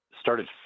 started